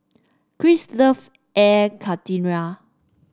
Chris loves Air Karthira